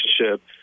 relationship